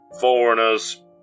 foreigners